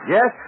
Yes